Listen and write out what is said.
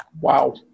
Wow